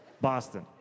Boston